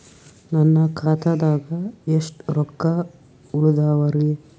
ನನ್ನ ಖಾತಾದಾಗ ಎಷ್ಟ ರೊಕ್ಕ ಉಳದಾವರಿ?